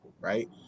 right